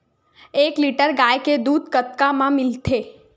एक लीटर गाय के दुध कतका म मिलथे?